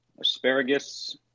Asparagus